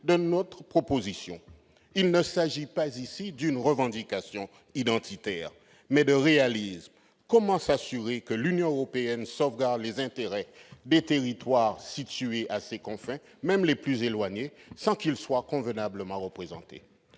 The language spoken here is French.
d'inconstitutionnalité. Il s'agit ici non pas d'une revendication identitaire, mais de réalisme ! Comment s'assurer que l'Union européenne sauvegarde les intérêts des territoires situés à ses confins, même les plus éloignés, sans que ces derniers soient convenablement représentés ?